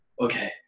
okay